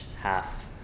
half